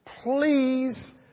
please